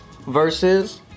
versus